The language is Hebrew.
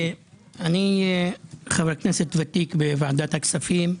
אני חבר כנסת ותיק בוועדת הכספים.